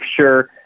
sure